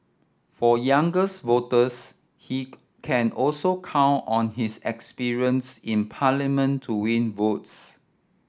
for younger voters he can also count on his experience in Parliament to win votes